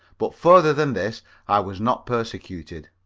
but further than this i was not persecuted.